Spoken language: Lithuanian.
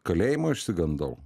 kalėjimo išsigandau